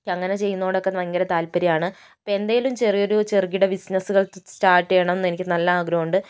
അങ്ങനെ ചെയ്യുന്നതിനോട് ഒക്കെ ഭയങ്കര താല്പര്യമാണ് അപ്പോൾ എന്തേലും ചെറിയ ഒരു ചെറുകിട ബിസിനെസ്സുകൾ സ്റ്റാർട്ട് ചെയ്യണം എന്ന് എനിക്ക് നല്ല ആഗ്രഹമുണ്ട്